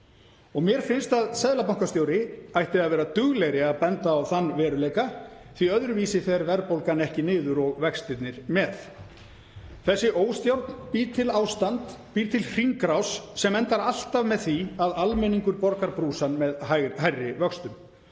Mér finnst að seðlabankastjóri ætti að vera duglegri að benda á þann veruleika því að öðruvísi fer verðbólgan ekki niður og vextirnir með. Þessi óstjórn býr til ástand, býr til hringrás sem endar alltaf með því að almenningur borgar brúsann með hærri vöxtum.